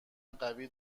قوی